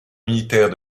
militaire